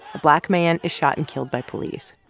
a black man is shot and killed by police.